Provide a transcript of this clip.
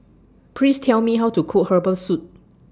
Please Tell Me How to Cook Herbal Soup